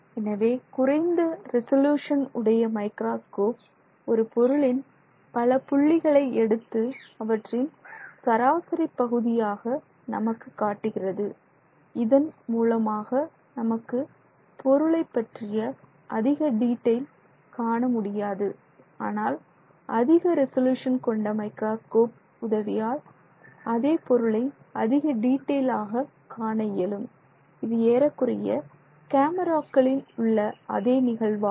எனவே குறைந்த ரெசல்யூசன் உடைய மைக்ராஸ்கோப் ஒரு பொருளின் பல புள்ளிகளை எடுத்து அவற்றின் சராசரி பகுதியாக நமக்கு காட்டுகிறது இதன் மூலமாக நமக்கு பொருளைப் பற்றிய அதிக டீடைல் காண முடியாது ஆனால் அதிக ரெசல்யூசன் கொண்ட மைக்ராஸ்கோப் உதவியால் அதே பொருளை அதிக டீட்டைலாக காண இயலும் இது ஏறக்குறைய கேமராக்களின் உள்ள அதே நிகழ்வாகும்